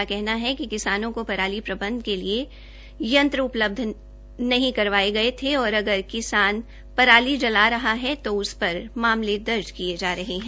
का कहना है कि किसानों को पराली प्रबंध के लिए यंत्र उपलब्ध नहीं करवाये जा रहे और अगर किसान पराली जला रहे है तो उस पर मामले दर्ज किये जा रहे है